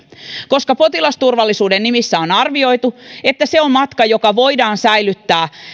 koska potilasturvallisuuden nimissä on arvioitu että se on matka joka voidaan säilyttää